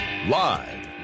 Live